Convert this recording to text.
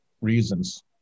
reasons